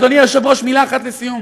אדוני היושב-ראש, מילה אחת לסיום.